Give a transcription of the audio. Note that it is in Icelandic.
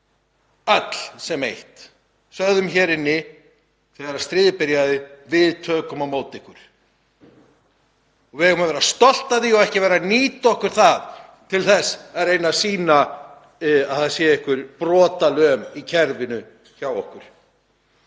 öll sem eitt, sögðum hér inni þegar stríðið byrjaði: Við tökum á móti ykkur. Við eigum að vera stolt af því og ekki nýta okkur það til að reyna að sýna að það sé einhver brotalöm í kerfinu hjá okkur.